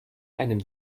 einem